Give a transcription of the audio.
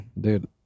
dude